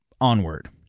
onward